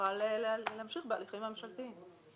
נוכל להמשיך בהליכים הממשלתיים.